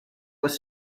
was